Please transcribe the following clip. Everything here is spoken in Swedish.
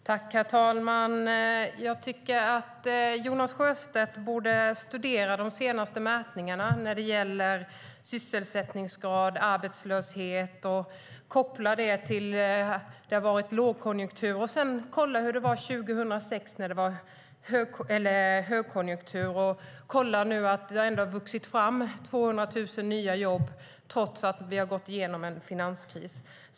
Herr talman! Jag tycker att Jonas Sjöstedt borde studera de senaste mätningarna när det gäller sysselsättningsgrad och arbetslöshet och koppla det till att det har varit lågkonjunktur. Sedan kan han kolla hur det var 2006, då det var högkonjunktur. Det har ändå vuxit fram 200 000 nya jobb trots att vi har gått igenom en finanskris.